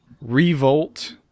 Revolt